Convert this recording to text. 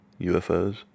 UFOs